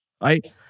right